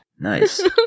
Nice